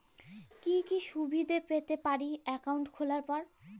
কি কি সুবিধে পেতে পারি একাউন্ট খোলার পর?